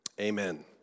amen